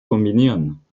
kombinieren